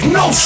no